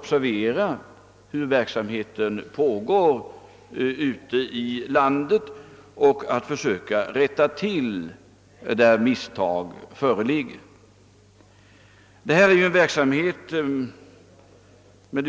fäst uppmärksamheten på hur denna verksamhet bedrives ute i landet, och på de ställen där misstag kan ha begåtts skall vi försöka rätta till dem.